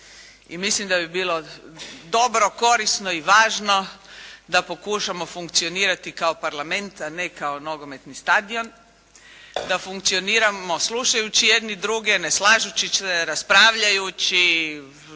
mislim da bi bilo dobro, korisno i važno da pokušamo funkcionirati kao Parlament a ne kao nogometni stadion, da funkcioniramo slušajući jedni druge, raspravljajući